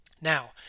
Now